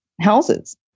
houses